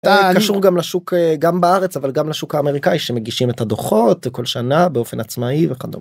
אה. קשור גם לשוק, גם בארץ, אבל גם לשוק האמריקאי שמגישים את הדוחות כל שנה באופן עצמאי וכדומה.